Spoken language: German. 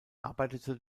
arbeitete